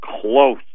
close